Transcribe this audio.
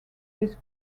this